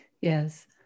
Yes